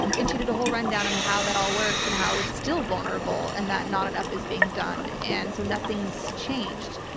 and she did a whole rundown on how that all works and how it's still vulnerable and that not enough is being done. and so nothing's changed.